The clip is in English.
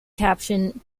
caption